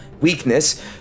weakness